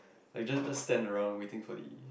like just just stand around waiting for the